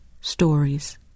stories